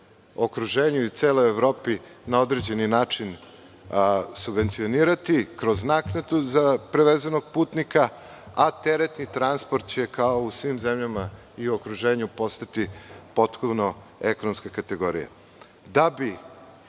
okruženju i celoj Evropi, na određeni način subvencionirati kroz naknadu za prevezenog putnika, a teretni transport će, kao u svim zemljama u okruženju, postati potpuno ekonomska kategorija. Da